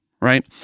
right